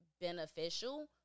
beneficial